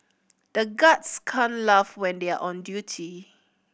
the guards can't laugh when they are on duty